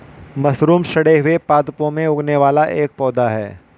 mushroom सड़े हुए पादपों में उगने वाला एक पौधा है